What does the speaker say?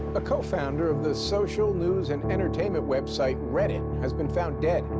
ah cofounder of the social news and entertainment website reddit has been found dead.